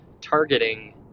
targeting